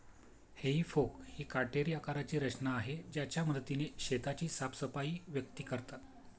हेई फोक ही काटेरी आकाराची रचना आहे ज्याच्या मदतीने शेताची साफसफाई व्यक्ती करतात